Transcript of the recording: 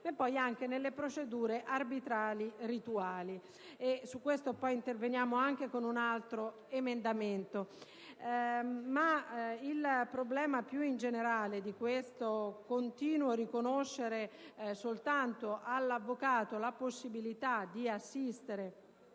ma anche nelle procedure arbitrali rituali (sul punto poi interverremo anche con un altro emendamento). Il problema più in generale riguarda questo continuo riconoscere soltanto all'avvocato la possibilità di assistere